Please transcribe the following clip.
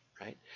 Right